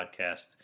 podcast